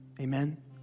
Amen